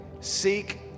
seek